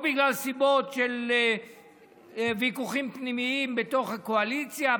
או מסיבות של ויכוחים פנימיים בתוך הקואליציה,